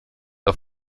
auf